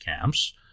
camps